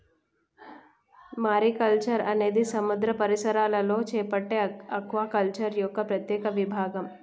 mariculture అనేది సముద్ర పరిసరాలలో చేపట్టే ఆక్వాకల్చర్ యొక్క ప్రత్యేక విభాగం